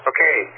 Okay